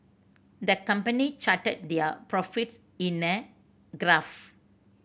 the company charted their profits in a graph